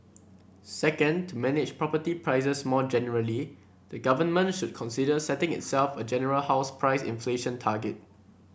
second to manage property prices more generally the government should consider setting itself a general house price inflation target